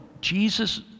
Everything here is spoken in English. Jesus